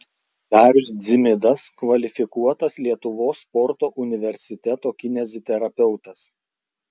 darius dzimidas kvalifikuotas lietuvos sporto universiteto kineziterapeutas